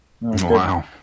Wow